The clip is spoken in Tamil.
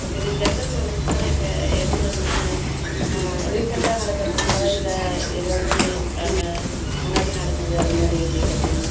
ஓகே நீங்கள் ஜென்ரல் நாலேஜ்னா இப்போ எது மாதிரி மேம் ரீசன்ட்டாக நடக்கறதுங்களா இல்லை ஏதாவது அந்த முன்னாடி நடந்தது அதுமாதிரி எப்படி கேட்பீங்க